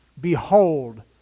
Behold